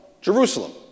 Jerusalem